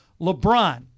LeBron